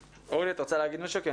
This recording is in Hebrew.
אורלי, את רוצה להגיד משהו?